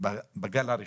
בגל הראשון,